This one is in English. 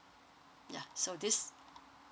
ya so this